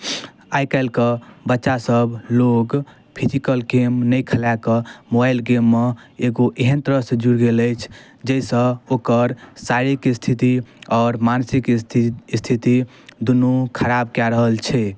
आइकाल्हिके बच्चासभ लोक फिजिकल गेम नहि खेलाकऽ मोबाइल गेममे एगो एहन तरहसँ जुड़ि गेल अछि जाहिसँ ओकर शारीरिक स्थिति आओर मानसिक स्थिति दुनू खराब कऽ रहल छै